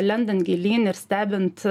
lendant gilyn ir stebint